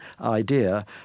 idea